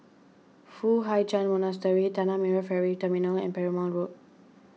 Foo Hai Ch'an Monastery Tanah Merah Ferry Terminal and Perumal Road